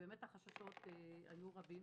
ובאמת החששות היו רבים.